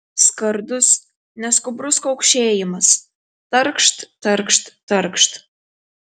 skardus neskubrus kaukšėjimas tarkšt tarkšt tarkšt